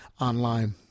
online